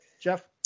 Jeff